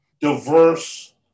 diverse